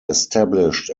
established